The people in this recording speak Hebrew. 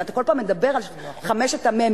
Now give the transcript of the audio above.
ואתה כל פעם מדבר על חמשת המ"מים,